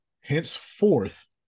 Henceforth